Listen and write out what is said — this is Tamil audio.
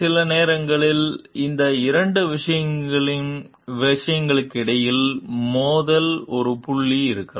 சில நேரங்களில் இந்த இரண்டு விஷயங்களுக்கிடையில் மோதல் ஒரு புள்ளி இருக்கலாம்